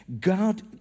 God